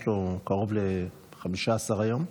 יש לו קרוב ל-15 היום.